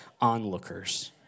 onlookers